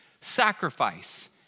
sacrifice